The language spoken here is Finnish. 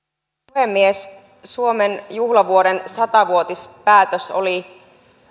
puhemies suomen juhlavuoden sata vuotispäätös oli